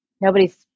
nobody's